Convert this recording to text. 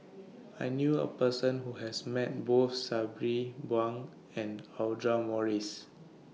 I knew A Person Who has Met Both Sabri Buang and Audra Morrice